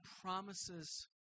promises